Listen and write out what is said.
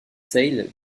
sail